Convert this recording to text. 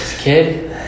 kid